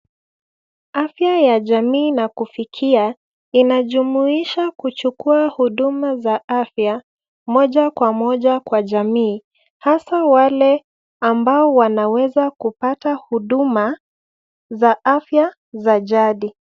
Afya ya jamii na kufikia inajumuisha kuchukua huduma za afya moja kwa moja kwa jamii hasa wale ambao wanaweza kupata huduma za afya za jadi.